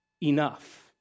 enough